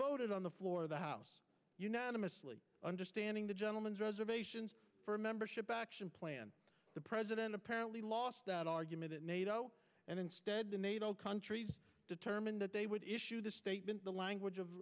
voted on the floor of the house unanimously understanding the gentleman's reservations for membership action plan the president apparently lost that argument at nato and instead the nato countries determined that they would issue the statement the language of